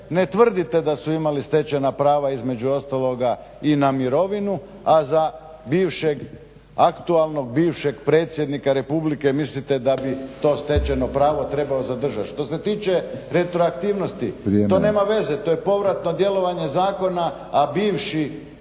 ne tvrdite da su imali stečena prava između ostaloga i na mirovinu, a za bivšeg aktualnog predsjednika Republike mislite da bi to stečeno pravo trebalo zadržati. Što se tiče retroaktivnosti to nema veze to je povratno djelovanje zakona a bivši aktualni